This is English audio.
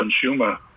consumer